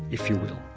if you will.